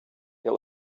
der